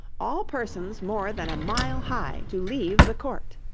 all persons more than a mile high to leave the court